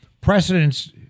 precedents